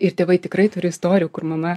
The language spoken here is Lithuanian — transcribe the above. ir tėvai tikrai turi istorijų kur mama